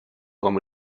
вам